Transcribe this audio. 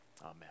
Amen